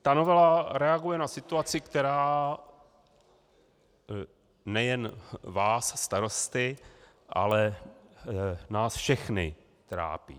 Ta novela reaguje na situaci, která nejen vás starosty, ale nás všechny trápí.